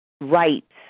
rights